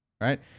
right